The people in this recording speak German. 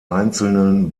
einzelnen